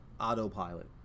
autopilot